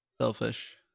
Selfish